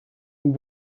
who